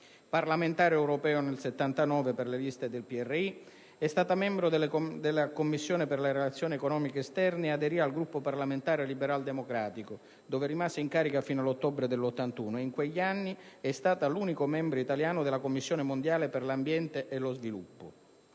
Parlamentare europea nel 1979 per le liste del PRI, membro della Commissione per le relazioni economiche esterne, aderì al Gruppo parlamentare liberaldemocratico, rimanendo in carica fino all'ottobre 1981. In quegli anni è stata l'unico membro italiano della Commissione mondiale per l'ambiente e lo sviluppo.